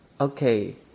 Okay